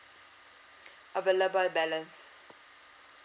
available balance